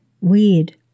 weird